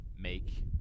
make